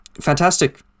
fantastic